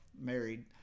married